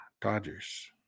Dodgers